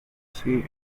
see